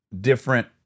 different